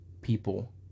people